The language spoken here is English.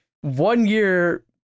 one-year